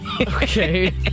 Okay